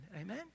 Amen